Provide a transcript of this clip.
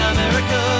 America